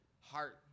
heart